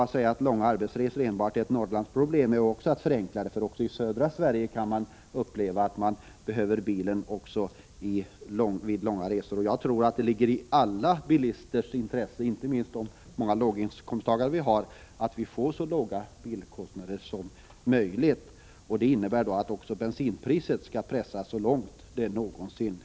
Att säga att långa arbetsresor enbart är ett Norrlandsproblem är att förenkla. Också i södra Sverige kan människorna uppleva att de behöver bilen vid långa resor. Jag tror att det ligger i alla bilisters intresse, inte minst de många låginkomsttagarnas, att vi får så låga bilkostnader som möjligt. Detta innebär att också bensinpriset skall pressas så att det blir så lågt det någonsin kan bli.